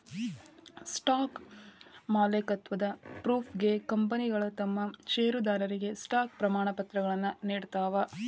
stock ಮಾಲೇಕತ್ವದ ಪ್ರೂಫ್ಗೆ ಕಂಪನಿಗಳ ತಮ್ ಷೇರದಾರರಿಗೆ ಸ್ಟಾಕ್ ಪ್ರಮಾಣಪತ್ರಗಳನ್ನ ನೇಡ್ತಾವ